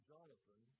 Jonathan